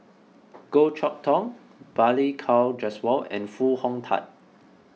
Goh Chok Tong Balli Kaur Jaswal and Foo Hong Tatt